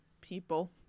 people